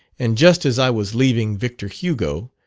and just as i was leaving victor hugo,